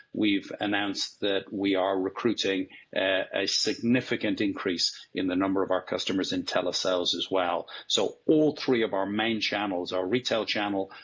announced that we are recruiting a significant increase in the number of our customers in telesales, as well. so all three of our main channels, our retail channel,